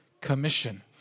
Commission